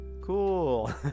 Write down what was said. cool